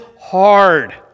hard